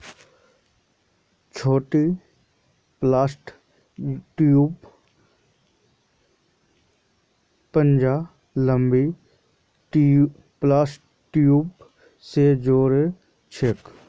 छोटी प्लस ट्यूबक पंजा लंबी प्लस ट्यूब स जो र छेक